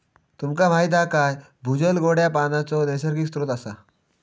तुमका माहीत हा काय भूजल गोड्या पानाचो नैसर्गिक स्त्रोत असा